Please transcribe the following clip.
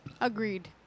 Agreed